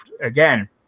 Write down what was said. again